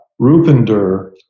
Rupinder